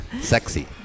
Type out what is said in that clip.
sexy